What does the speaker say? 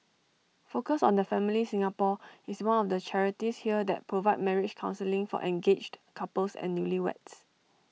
focus on the family Singapore is one of the charities here that provide marriage counselling for engaged couples and newlyweds